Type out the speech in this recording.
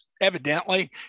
evidently